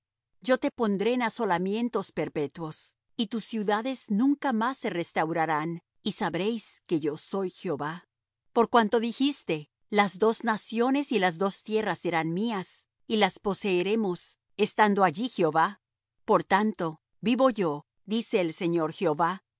yo te pondré en asolamientos perpetuos y tus ciudades nunca más se restaurarán y sabréis que yo soy jehová por cuanto dijiste las dos naciones y las dos tierras serán mías y las poseeremos estando allí jehová por tanto vivo yo dice el señor jehová yo